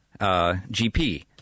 GP